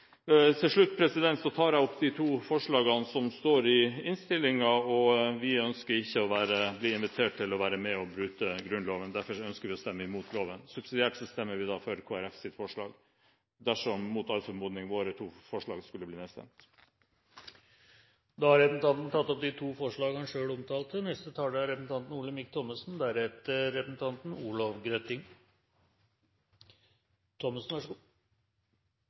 Til slutt tar jeg opp de to forslagene fra Fremskrittspartiet og Høyre som står i innstillingen. Vi ønsker ikke å bli invitert til å være med og bryte Grunnloven, og derfor ønsker vi å stemme imot loven. Subsidiært stemmer vi for Kristelig Folkepartis forslag – dersom våre to forslag mot all formodning skulle bli nedstemt. Representanten Øyvind Korsberg har tatt opp de forslagene han refererte til. Det er min lodd å komme etter Korsberg bestandig. Da er mikrofonen så